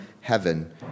heaven